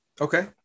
Okay